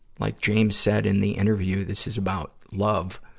like james said in the interview, this is about love.